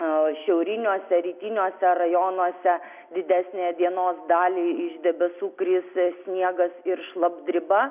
tai šiauriniuose rytiniuose rajonuose didesnę dienos dalį iš debesų kris sniegas ir šlapdriba